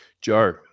Joe